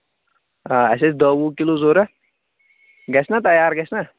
آ اَسہِ ٲسۍ دٔہ وُہ کِلوٗ ضروٗرت گَژھِ نا تیار گَژھِ نا